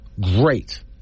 great